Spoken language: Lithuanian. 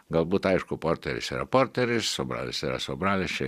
galbūt aišku porteris yra porteris sobralis yra sobralis čia